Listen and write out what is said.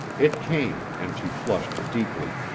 it came, and she flushed deeply.